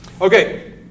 Okay